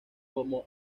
como